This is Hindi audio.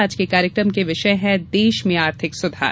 आज के कार्यक्रम के विषय हैं देश में आर्थिक सुधार